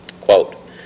Quote